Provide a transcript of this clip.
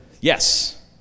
yes